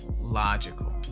logical